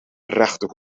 rechte